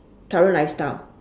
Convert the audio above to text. current lifestyle